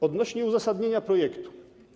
Odnośnie do uzasadnienia projektu.